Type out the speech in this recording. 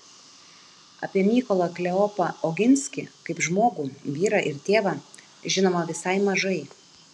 apie mykolą kleopą oginskį kaip žmogų vyrą ir tėvą žinoma visai mažai